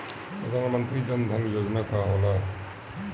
प्रधानमंत्री जन धन योजना का होला?